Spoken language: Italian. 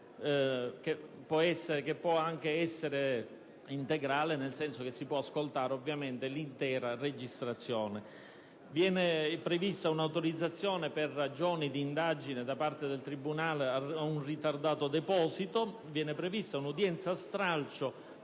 che può anche essere integrale, nel senso che si può ascoltare l'intera registrazione. È prevista un'autorizzazione per ragioni di indagine da parte del tribunale ad un ritardato deposito. Viene prevista un'udienza stralcio,